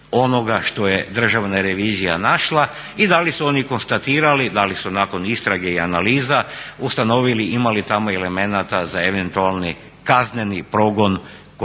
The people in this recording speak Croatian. onoga što je Državna revizija našla i da li su oni konstatirali, da li su nakon istrage i analiza ustanovili ima li tamo elemenata za eventualni kazneni progon kod